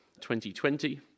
2020